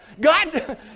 God